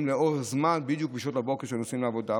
לאורך זמן בדיוק בשעות הבוקר כשנוסעים לעבודה,